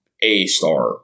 A-star